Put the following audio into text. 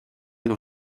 doch